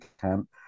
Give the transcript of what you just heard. camp